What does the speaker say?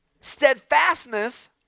Steadfastness